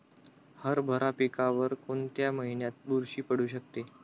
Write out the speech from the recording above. हरभरा पिकावर कोणत्या महिन्यात बुरशी पडू शकते?